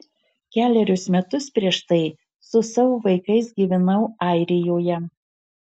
kelerius metus prieš tai su savo vaikais gyvenau airijoje